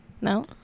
no